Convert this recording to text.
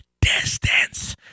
distance